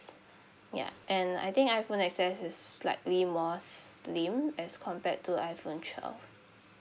ya and I think iphone X_S is slightly more slim as compared to iphone twelve